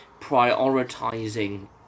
prioritizing